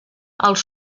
els